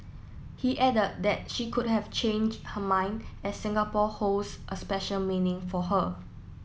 he added that she could have changed her mind as Singapore holds a special meaning for her